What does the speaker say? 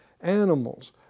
animals